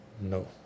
No